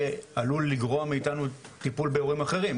עלול לגרוע מאיתנו טיפול באירועים אחרים,